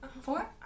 Four